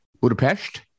Budapest